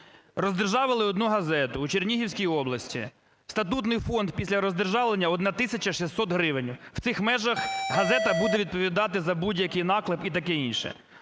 Роздержавили одну газету у Чернігівській області, статутний фонд після роздержавлення - 1 тисяча 600 гривень. В цих межах газета буде відповідати за будь-який наклеп і таке інше.